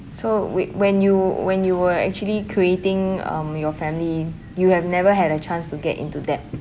so wh~ when you when you were actually creating um your family you have never had a chance to get into debt